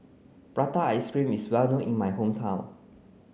prata ice cream is well known in my hometown